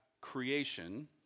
creation